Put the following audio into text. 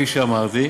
כפי שאמרתי,